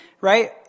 right